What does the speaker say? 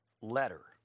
letter